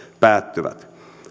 päättyvät